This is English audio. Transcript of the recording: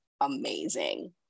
amazing